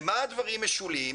למה הדברים משולים?